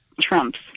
Trumps